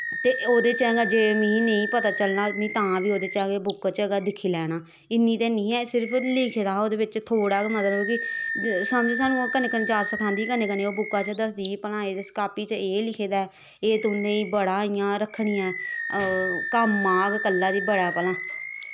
ते ओह्दै च गै अगर मिगी कोई नेंई पता चलना में तां बी ओह्दै चा गै बुक्क चा गै दिक्खी लैना इन्नी ते नेंई ही ऐही सिर्फ लिखे दा हा ओह्दे च थोह्ड़ा गै मतलव कि समझो कन्नै कन्नै जाच सखांदी ही ते कने बुक्का च दसदी ही इस कापी च एह् लिखे दा ऐ एह् तुसें बड़ा इयां रक्खना ऐ कम्म आह्ग कल्ला गी भला